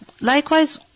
Likewise